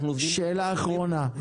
שאלה אחרונה,